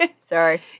Sorry